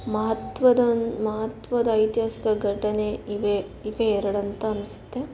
ಮಹತ್ವದ ಮಹತ್ವದ ಐತಿಹಾಸಿಕ ಘಟನೆ ಇವೆ ಇವೇ ಎರಡು ಅಂತ ಅನಿಸುತ್ತೆ